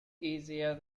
easier